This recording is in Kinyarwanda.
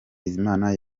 bizimana